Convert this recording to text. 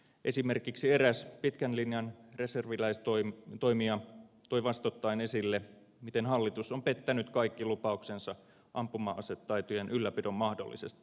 esimerkiksi eräs pitkän linjan reserviläistoimija toi vastoittain esille miten hallitus on pettänyt kaikki lupauksensa ampuma asetaitojen ylläpidon mahdollistamisesta maassamme